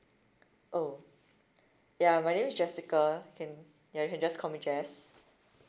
oh ya my name is jessica can ya you can just call me jess